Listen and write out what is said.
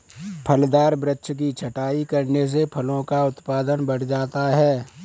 फलदार वृक्ष की छटाई करने से फलों का उत्पादन बढ़ जाता है